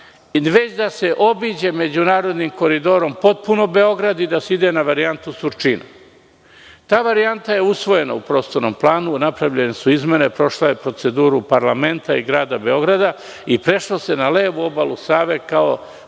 već da se obiđe međunarodnim koridorom potpuno Beograd i da se ide na varijantu Surčina. Ta varijanta je usvojena u prostornom planu, napravljene su izmene, prošla je procedure parlamenta i grada Beograda i prešlo se na levu obalu Save, kao